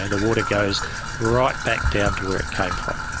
and the water goes right back down to where it came from.